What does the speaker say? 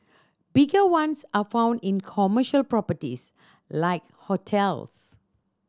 bigger ones are found in commercial properties like hotels